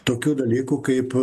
tokių dalykų kaip